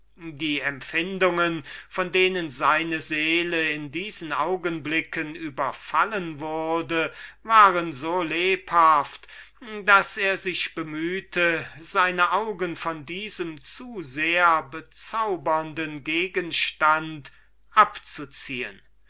die empfindungen von denen seine seele in diesen augenblicken überfallen wurde waren so lebhaft daß er sich bemühte seine augen von diesem zu sehr bezaubernden gegenstand abzuziehen